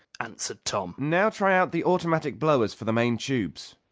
answered tom. now try out the automatic blowers for the main tubes!